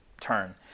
turn